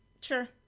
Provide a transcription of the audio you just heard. Sure